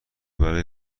برای